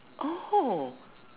oh